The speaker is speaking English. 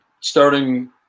starting